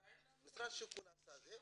משרד השיכון עשה את זה.